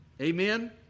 Amen